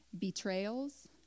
betrayals